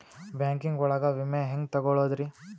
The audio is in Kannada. ಬ್ಯಾಂಕಿಂಗ್ ಒಳಗ ವಿಮೆ ಹೆಂಗ್ ತೊಗೊಳೋದ್ರಿ?